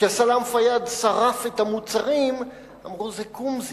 כשסלאם פיאד שרף את המוצרים, אמרו: זה קומזיץ.